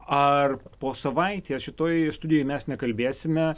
ar po savaitės šitoj studijoj mes nekalbėsime